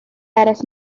eraill